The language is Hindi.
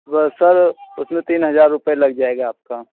सर उसमें तीन हज़ार रुपया लग जाएगा आपका